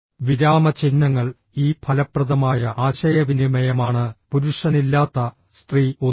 വിരാമചിഹ്നങ്ങൾ ഈ ഫലപ്രദമായ ആശയവിനിമയമാണ് പുരുഷനില്ലാത്ത സ്ത്രീ ഒന്നുമല്ല